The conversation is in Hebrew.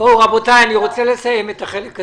רבותיי, אני רוצה לסיים את החלק הזה.